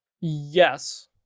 Yes